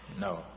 no